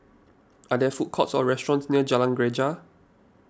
are there food courts or restaurants near Jalan Greja